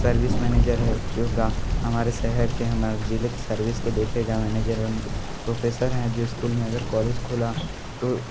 service manager है जो गा हमारे शहर के हमारे ज़िले के सर्विस को देखेगा मैनेजर बन के प्रोफेसर हैं जो इस्कूल में अगर कॉलेज खुला तो